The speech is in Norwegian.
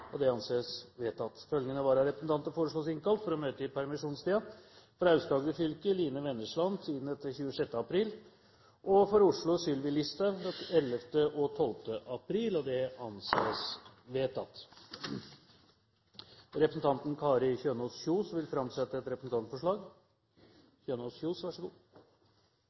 og innvilges. Følgende vararepresentanter innkalles for å møte i permisjonstiden: For Aust-Agder fylke: Line Vennesland 10.–26. april For Oslo: Sylvi Listhaug 11.–12. april Representanten Kari Kjønaas Kjos vil framsette et representantforslag.